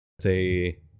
say